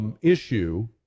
issue